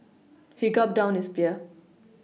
he gulped down his beer